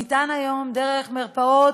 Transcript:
ניתן היום, דרך מרפאות,